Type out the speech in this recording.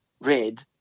red